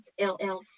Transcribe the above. LLC